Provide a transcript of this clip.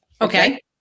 Okay